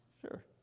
Sure